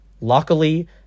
Luckily